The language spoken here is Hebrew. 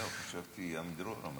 חשבתי שעמידרור.